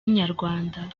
inyarwanda